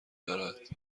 دارد